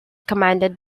commanded